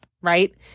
right